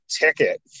ticket